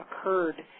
occurred